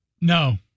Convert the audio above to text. No